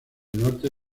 norte